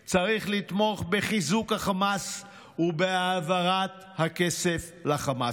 צריך לתמוך בחיזוק החמאס ובהעברת הכסף לחמאס".